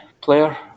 player